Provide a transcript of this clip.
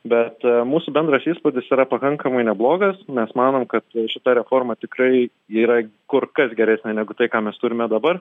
bet mūsų bendras įspūdis yra pakankamai neblogas mes manom kad šita reforma tikrai yra kur kas geresnė negu tai ką mes turime dabar